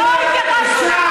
לא התייחסנו,